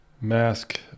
mask